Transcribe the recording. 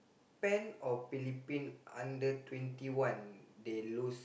Pen or Philippine under twenty one they lose